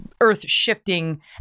Earth-shifting